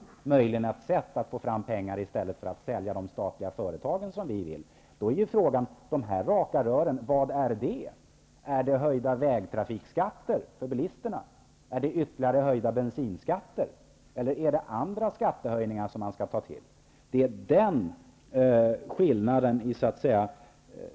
Det är möjligen ett sätt att få fram pengar, i stället för att sälja de statliga företagen, som vi vill. Vad innebär de här raka rören? Är det höjda vägtrafikskatter för bilisterna? Är det ytterligare höjda bensinskatter eller är det andra skattehöjningar som man skall ta till? Det är den